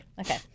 okay